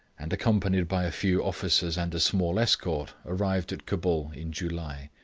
and accompanied by a few officers and a small escort, arrived at cabul in july,